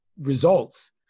results